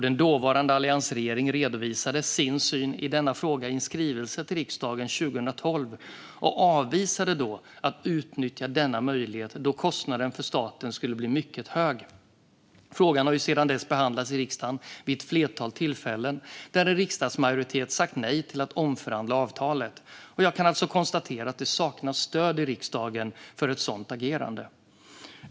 Den dåvarande alliansregeringen redovisade sin syn i denna fråga i en skrivelse till riksdagen 2012 och avvisade då att utnyttja denna möjlighet då kostnaden för staten skulle bli mycket hög. Frågan har sedan dess behandlats i riksdagen vid ett flertal tillfällen då en riksdagsmajoritet sagt nej till att omförhandla avtalet. Jag kan alltså konstatera att det saknas stöd i riksdagen för ett sådant agerande.